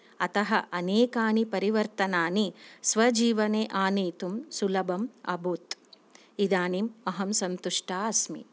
अतः अनेकानि परिवर्तनानि स्वजीवने आनीतुं सुलभम् अभूत् इदानीम् अहं सन्तिष्टा अस्मि